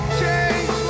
change